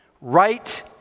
Right